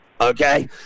okay